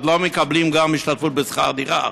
אז לא מקבלים גם השתתפות בשכר-דירה.